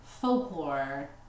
folklore